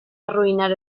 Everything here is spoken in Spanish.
arruinar